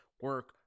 Work